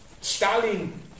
Stalin